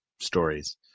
stories